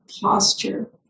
posture